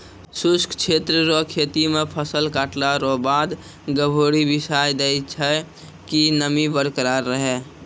शुष्क क्षेत्र रो खेती मे फसल काटला रो बाद गभोरी बिसाय दैय छै कि नमी बरकरार रहै